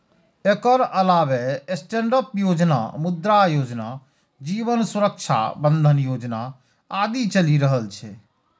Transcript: एकर अलावे स्टैंडअप योजना, मुद्रा योजना, जीवन सुरक्षा बंधन योजना आदि चलि रहल छै